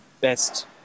best